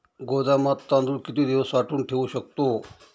गोदामात तांदूळ किती दिवस साठवून ठेवू शकतो?